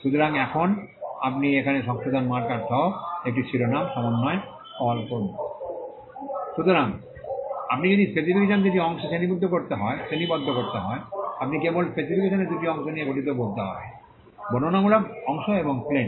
সুতরাং এখন আপনি এখানে সংশোধন মার্কার সহ একটি শিরোনাম সমন্বয় কল সুতরাং আপনি যদি স্পেসিফিকেশন দুটি অংশে শ্রেণিবদ্ধ করতে হয় আপনি কেবল স্পেসিফিকেশন দুটি অংশ নিয়ে গঠিত বলতে হবে বর্ণনামূলক অংশ এবং ক্লেম